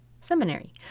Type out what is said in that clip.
seminary